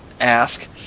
ask